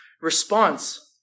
response